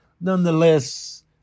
nonetheless